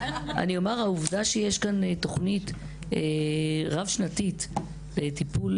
העובדה שיש כאן תוכנית רב-שנתית לטיפול